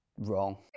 Wrong